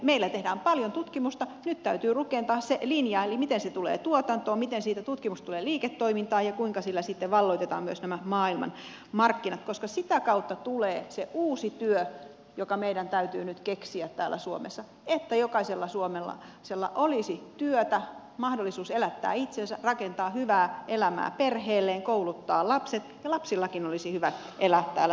meillä tehdään paljon tutkimusta nyt täytyy rakentaa se linja eli se miten se tulee tuotantoon miten siitä tutkimuksesta tulee liiketoimintaa ja kuinka sillä sitten valloitetaan myös nämä maailmanmarkkinat koska sitä kautta tulee sitä uutta työtä joka meidän täytyy nyt keksiä täällä suomessa että jokaisella suomalaisella olisi työtä mahdollisuus elättää itsensä rakentaa hyvää elämää perheelleen ja kouluttaa lapset ja lastenkin olisi hyvä elää täällä suomessa